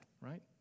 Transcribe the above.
right